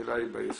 השאלה היא ביישום.